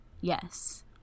Yes